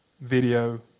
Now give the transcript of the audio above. video